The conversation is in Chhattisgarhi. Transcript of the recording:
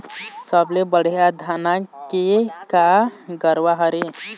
सबले बढ़िया धाना के का गरवा हर ये?